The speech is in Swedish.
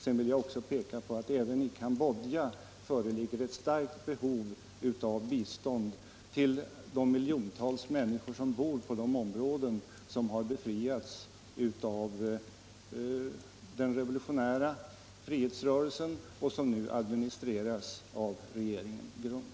Sedan vill jag också peka på att även i Cambodja föreligger ett starkt behov av bistånd till de miljontals människor som bor i de områden som har befriats av den revolutionära frihetsrörelsen och som nu administreras av regeringen GRUNK.